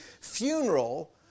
funeral